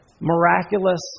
miraculous